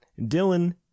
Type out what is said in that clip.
Dylan